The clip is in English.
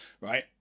right